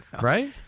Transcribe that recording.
Right